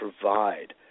provide